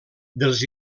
dels